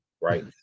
right